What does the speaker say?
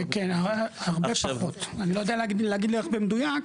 כן, הרבה פחות, אני לא יודע להגיד לך במדויק,